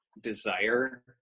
desire